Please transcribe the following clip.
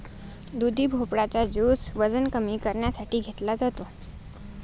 दुधी भोपळा चा ज्युस वजन कमी करण्यासाठी घेतला जातो